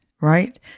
right